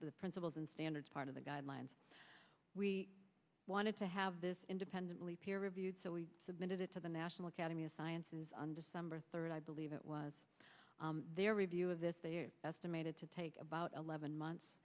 the principles and standards part of the guidelines we wanted to have this independently peer reviewed so we submitted it to the national academy of sciences on december third i believe it was their review of this they estimated to take about eleven months